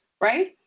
Right